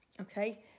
okay